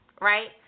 right